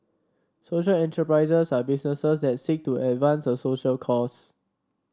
social enterprises are businesses that seek to advance a social cause